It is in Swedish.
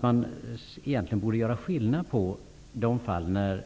Man borde egentligen göra skillnad mellan de fall